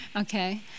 Okay